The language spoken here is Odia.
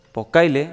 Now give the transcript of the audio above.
ପକାଇଲେ